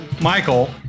Michael